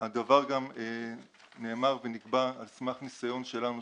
הדבר גם נאמר ונקבע על סמך ניסיון שלנו,